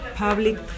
public